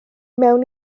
mewn